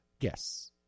yes